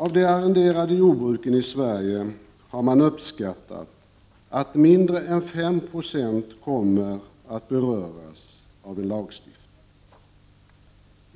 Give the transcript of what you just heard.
När det gäller de arrenderade jordbruken i Sverige har man uppskattat att mindre än 5 90 kommer att beröras av en lagstiftning.